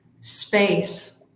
space